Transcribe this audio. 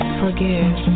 forgive